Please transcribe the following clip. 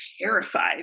terrified